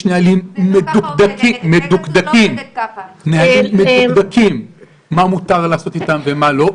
יש נהלים מדוקדקים מה מותר לעשות איתם ומה לא.